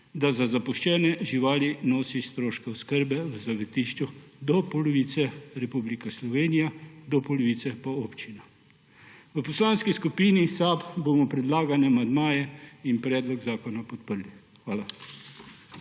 da za zapuščene živali nosi stroške oskrbe v zavetišču do polovice Republika Slovenija, do polovice pa občina. V Poslanski skupini SAB bomo predlagane amandmaje in predlog zakona podprli. Hvala.